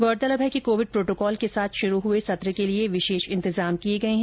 गौरतलब है कि कोविड प्रोटोकॉल के साथ शुरू हुए सत्र के लिए विशेष इंतजाम किए गए हैं